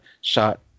shot